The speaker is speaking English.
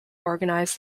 organize